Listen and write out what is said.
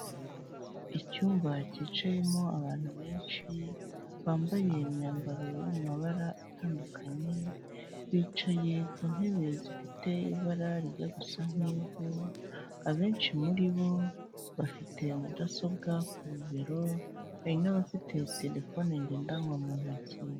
Icyumba cyicayemo abantu benshi bambaye imyambaro yo mu mabara atandukanye; bicaye ku ntebe zifite ibara rijya gusa nk'ivu; abenshi muri bo bafite mudasobwa ku bibero, hari n'abafite telefoni ngendanwa mu ntoki.